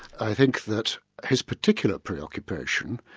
i think that his particular preoccupation,